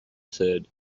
third